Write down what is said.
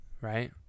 right